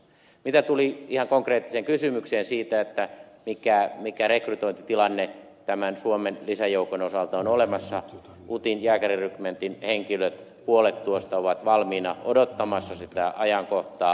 mitä tulee ihan konkreettiseen kysymykseen siitä mikä rekrytointitilanne tämän suomen lisäjoukon osalta on olemassa niin utin jääkärirykmentin henkilöt puolet tuosta ovat valmiina odottamassa sitä ajankohtaa